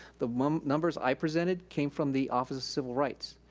the um numbers i presented came from the office of civil rights,